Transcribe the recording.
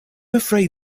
afraid